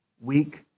weak